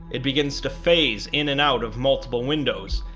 it begins to phase in and out of multiple windows,